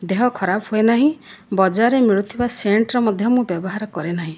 ଦେହ ଖରାପ ହୁଏ ନାହିଁ ବଜାରରେ ମିଳୁଥିବା ସେଣ୍ଟ୍ର ମଧ୍ୟ ମୁଁ ବ୍ୟବହାର କରେ ନାହିଁ